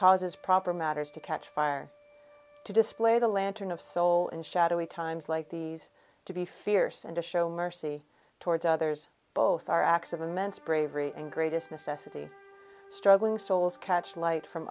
causes proper matters to catch fire to display the lantern of soul in shadowy times like these to be fierce and to show mercy towards others both are acts of immense bravery and greatest necessity struggling souls catch light from